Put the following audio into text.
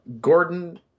Gordon